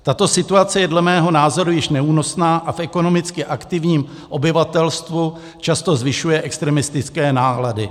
Tato situace je dle mého názoru již neúnosná a v ekonomicky aktivním obyvatelstvu často zvyšuje extremistické nálady.